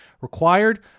required